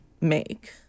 make